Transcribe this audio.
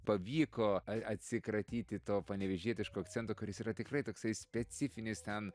pavyko atsikratyti to panevėžietiško akcento kuris yra tikrai toksai specifinis ten